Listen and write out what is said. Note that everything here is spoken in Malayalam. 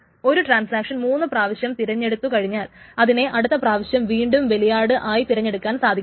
ഒരു ട്രാൻസാക്ഷൻ മൂന്നു പ്രാവശ്യം തിരഞ്ഞെടുത്തു കഴിഞ്ഞാൽ അതിനെ അടുത്ത പ്രാവശ്യം വീണ്ടും ബലിയാട് ആയി തിരഞ്ഞെടുക്കാൻ സാധിക്കില്ല